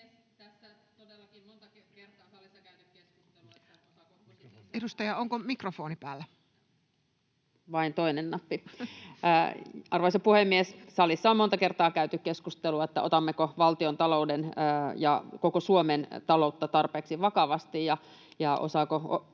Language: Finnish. lain kumoamiseksi Time: 16:21 Content: Arvoisa puhemies! Salissa on monta kertaa käyty keskustelua siitä, otammeko valtiontaloutta ja koko Suomen taloutta tarpeeksi vakavasti ja osaako